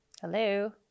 hello